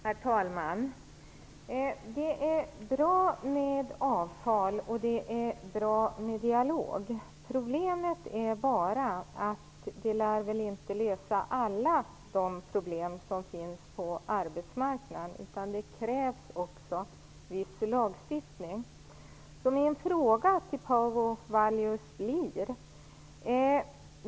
Herr talman! Det är bra med avtal och det är bra med en dialog. Problemet är bara att inte alla problemen på arbetsmarknaden därmed lär bli lösta. Det krävs också en viss lagstiftning.